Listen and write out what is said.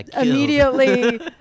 immediately